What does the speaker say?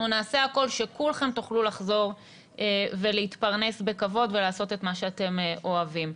נעשה הכול שכולכם תוכלו לחזור ולהתפרנס בכבוד ולעשות את מה שאתם אוהבים.